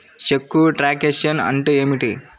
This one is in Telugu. చెక్కు ట్రంకేషన్ అంటే ఏమిటి?